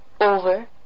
over